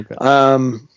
Okay